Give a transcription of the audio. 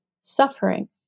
suffering